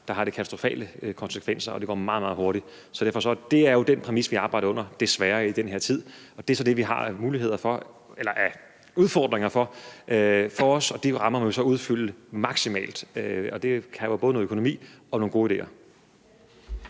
har det katastrofale konsekvenser, og det går meget, meget hurtigt. Så derfor er det jo den præmis, vi arbejder under, desværre, i den her tid, og det er så det, vi har af udfordringer, og de rammer må vi så udfylde maksimalt, og det kræver både noget økonomi og nogle gode ideer.